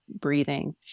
breathing